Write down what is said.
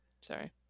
Sorry